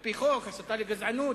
על-פי חוק, הסתה לגזענות.